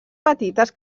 petites